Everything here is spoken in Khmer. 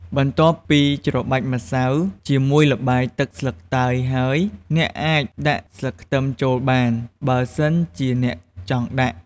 បន្ទាប់ពី ច្របាច់ម្សៅជាមួយល្បាយទឹកស្លឹកតើយហើយ អ្នកអាចដាក់ស្លឹកខ្ទឹមចូលបាន បើសិនជាអ្នកចង់ដាក់។